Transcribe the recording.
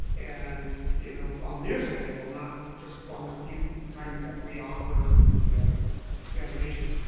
and you know on their schedule, not just one the few times that we offer the examinations,